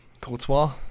Courtois